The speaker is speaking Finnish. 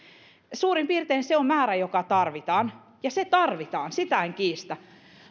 suurin piirtein se on se määrä joka tarvitaan ja se tarvitaan sitä en kiistä